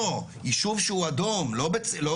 לא, אני אמרתי יישוב שהוא אדום, לא בית ספר.